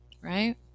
right